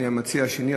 אני המציע השני,